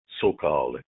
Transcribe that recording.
so-called